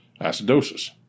acidosis